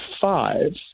five